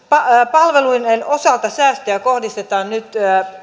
palveluiden osalta säästöjä kohdistetaan nyt